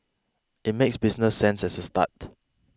it makes business sense as a start